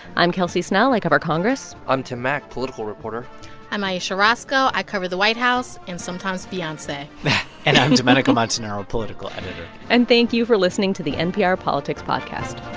i'm kelsey snell. i cover congress i'm tim mak, political reporter i'm ayesha rascoe. i cover the white house and sometimes beyonce and i'm domenico montanaro, political editor and thank you for listening to the npr politics podcast